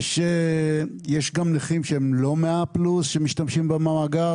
יש גם נכים שהם לא 100 פלוס שמשתמשים במאגר